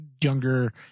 younger